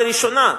לראשונה,